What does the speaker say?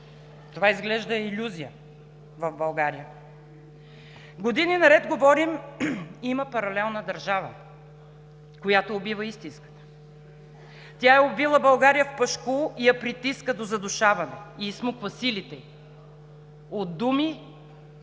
Това изглежда е илюзия в България. Години наред говорим – има паралелна държава, която убива истинската. Тя е обвила България в пашкул и я притиска до задушаване, и изсмуква силите ѝ. От думи